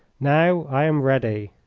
now i am ready.